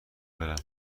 برم